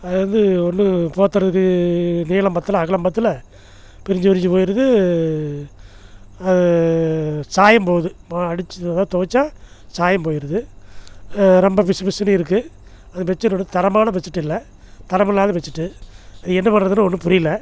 அது வந்து ஒன்றும் போத்துறதுக்கு நீளம் பத்தலை அகலம் பத்தலை பிரிஞ்சு பிரிஞ்சு போய்ருது அது சாயம் போகுது நம்ம அடிச்சு எதாவது துவச்சா சாயம் போய்ருது ரொம்ப பிசு பிசுனு இருக்குது அந்த பெட்சீட் ஒன்றும் தரமான பெட்சீட் இல்லை தரம் இல்லாத பெட்சீட் என்ன பண்ணுறதுனு ஒன்றும் புரியல